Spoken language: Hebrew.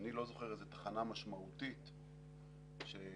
אני לא זוכר תחנה משמעותית שהתקדמנו.